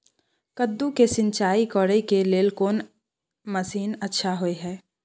कद्दू के सिंचाई करे के लेल कोन मसीन अच्छा होय है?